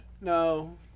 No